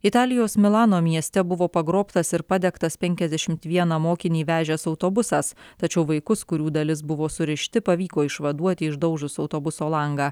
italijos milano mieste buvo pagrobtas ir padegtas penkiasdešimt vieną mokinį vežęs autobusas tačiau vaikus kurių dalis buvo surišti pavyko išvaduoti išdaužus autobuso langą